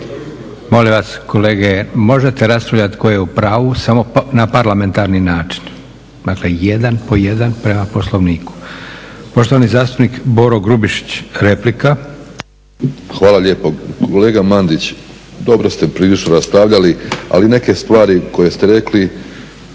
Molim vas kolege, možete raspravljat tko je u pravu, samo na parlamentarni način, dakle jedan po jedan, prema Poslovniku. Poštovani zastupnik Boro Grubišić, replika. **Grubišić, Boro (HDSSB)** Hvala lijepo. Kolega Mandić, dobro ste prilično raspravljali, ali neke stvari koje ste rekli